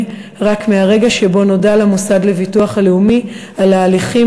רק מהרגע שבו נודע למוסד לביטוח הלאומי על ההליכים